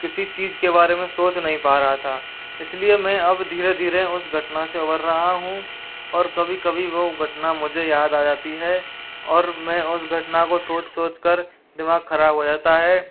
किसी चीज के बारे में सोच नहीं पा रहा था इसलिए मैं अब धीरे धीरे उस घटना से उभर रहा हूँ और कभी कभी वो घटना मुझे याद आ जाती है और मैं उस घटना को सोच सोचकर दिमाग खराब हो जाता है